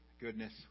goodness